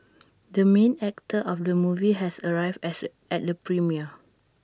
the main actor of the movie has arrived at the at the premiere